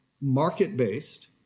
market-based